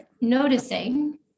noticing